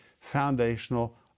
foundational